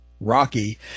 rocky